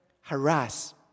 harass